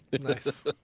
Nice